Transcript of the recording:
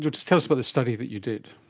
just tell us about this study that you did.